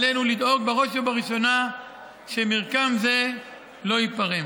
עלינו לדאוג בראש ובראשונה שמרקם זה לא ייפרם.